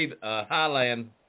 Highland